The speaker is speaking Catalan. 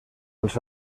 els